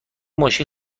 ماشین